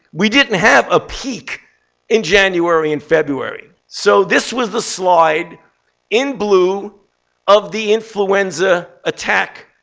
we didn't have a peak in january and february. so this was the slide in blue of the influenza attack.